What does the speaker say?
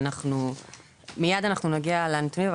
מיד נגיע לנתונים,